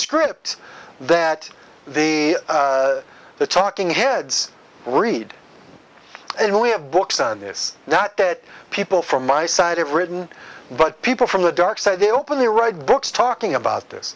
script that the the talking heads read it we have books on this not that people from my side of written but people from the dark side they openly write books talking about this